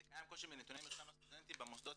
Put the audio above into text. קיים קושי מנתוני מרשם הסטודנטים במוסדות